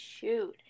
shoot